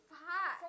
hard